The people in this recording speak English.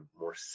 more